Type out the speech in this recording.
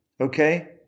Okay